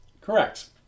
Correct